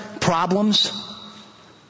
problems